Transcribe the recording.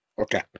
Okay